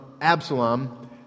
Absalom